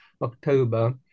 October